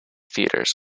theatres